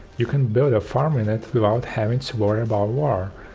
you can build a farm in it without having to worry about water.